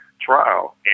trial